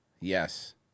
Yes